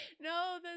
No